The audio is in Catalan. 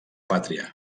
pàtria